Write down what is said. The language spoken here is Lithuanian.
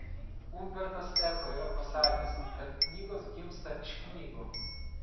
umbertas eko yra pasakęs kad knygos gimsta iš knygų